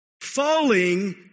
Falling